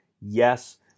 Yes